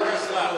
אתה גזען.